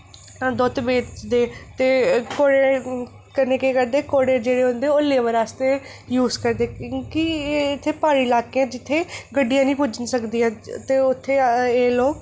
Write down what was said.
दोद बेचदे ते घोड़े कन्नै केह् करदे घोड़े जेह्ड़े होंदे ओह् लेबर आस्तै यूस करदे क्यूंकि एह् इत्थे पहाड़ी इलाके जित्थै गड्डियां नि पुज्जी सकदियां ते उत्थै एह् लोक